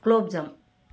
gulab jam